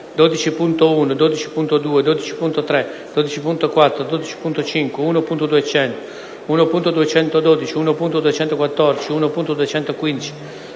12.1, 12.2, 12.3, 12.4, 12.5, 1.200, 1.212, 1.214, 1.215,